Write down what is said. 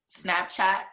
Snapchat